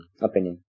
opinion